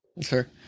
Sure